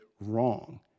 wrong